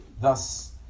Thus